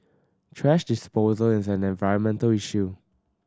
thrash disposal is an environmental issue